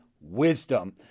wisdom